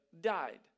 died